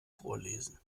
vorlesen